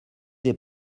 des